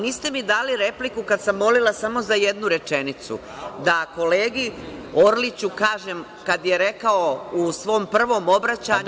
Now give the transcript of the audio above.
Niste mi dali repliku kada sam molila samo za jednu rečenicu, da kolegi Orliću kažem kada je rekao u svom prvom obraćanju…